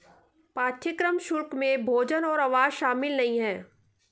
पाठ्यक्रम शुल्क में भोजन और आवास शामिल नहीं है